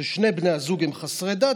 כששני בני הזוג הם חסרי דת,